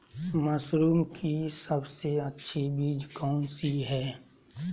Mushroom की सबसे अच्छी बीज कौन सी है?